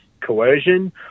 coercion